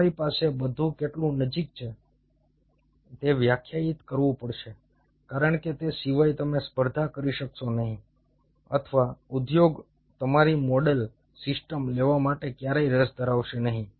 તમારી પાસે બધું કેટલું નજીક છે તે વ્યાખ્યાયિત કરવું પડશે કારણ કે તે સિવાય તમે સ્પર્ધા કરી શકશો નહીં અથવા ઉદ્યોગ તમારી મોડેલ સિસ્ટમ્સ લેવા માટે ક્યારેય રસ ધરાવશે નહીં